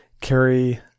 carry